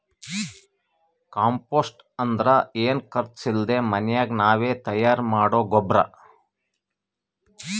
compost ಅಂದ್ರ ಏನು ಖರ್ಚ್ ಇಲ್ದೆ ಮನ್ಯಾಗೆ ನಾವೇ ತಯಾರ್ ಮಾಡೊ ಗೊಬ್ರ